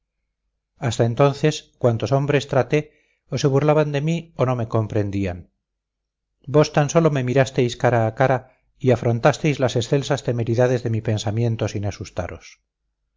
hasta entonces cuantos hombres traté o se burlaban de mí o no me comprendían vos tan sólo me mirasteis cara a cara y afrontasteis las excelsas temeridades de mi pensamiento sin asustaros